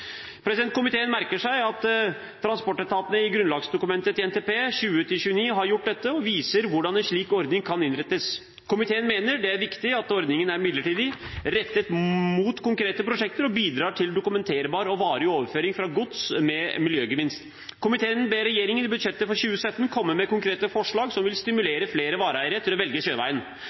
Komiteen merker seg at transportetatene i grunnlagsdokumentet til NTP 2018–2029 har gjort dette, og viser hvordan en slik ordning kan innrettes. Komiteen mener det er viktig at ordningen er midlertidig, rettet mot konkrete prosjekter, og bidrar til dokumenterbar og varig overføring av gods med miljøgevinst. Komiteen ber regjeringen i budsjettet for 2017 komme med konkrete forslag som vil stimulere flere vareeiere til å velge sjøveien.